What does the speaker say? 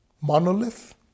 monolith